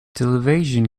television